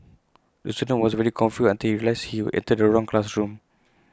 the student was very confused until he realised he entered the wrong classroom